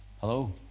Hello